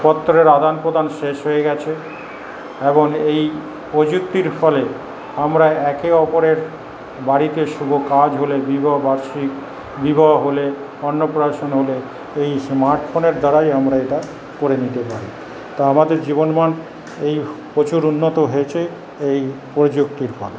পত্রের আদান প্রদান শেষ হয়ে গেছে এবং এই প্রযুক্তির ফলে আমরা একে ওপরের বাড়িতে শুভ কাজ হলে বিবাহ বার্ষিক বিবাহ হলে অন্নপ্রাশন হলে এই স্মার্ট ফোনের দ্বারাই আমরা এটা করে নিতে পারি তা আমাদের জীবনের মান এই প্রচুর উন্নত হয়েছে এই প্রযুক্তির ফলে